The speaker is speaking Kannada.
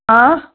ಆಂ